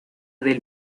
del